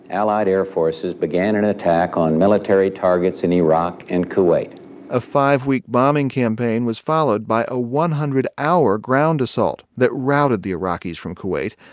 allied air forces began an attack on military targets in iraq and kuwait a five-week bombing campaign was followed by a one hundred hour ground assault that routed the iraqis from kuwait.